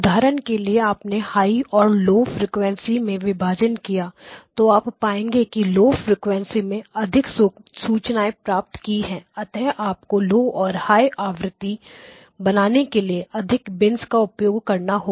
उदाहरण के लिए आपने हाई और लौ फ्रीक्वेंसी में विभाजन किया तो आप पाएंगे कि लो फ्रिकवेंसी में अधिक सूचनाएं प्राप्त की है अतः आपको लौ और हाई आवृत्ति बताने के लिए अधिक बिन्स का उपयोग करना होगा